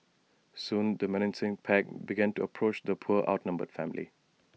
soon the menacing pack began to approach the poor outnumbered family